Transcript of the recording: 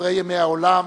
בדברי ימי עולם,